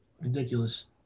Ridiculous